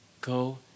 go